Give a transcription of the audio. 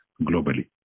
globally